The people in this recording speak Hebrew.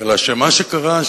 אלא שמה שקרה,